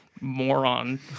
moron